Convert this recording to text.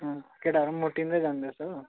अँ केटाहरू पनि मोटिँदै जाँदैछ हो